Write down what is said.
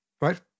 right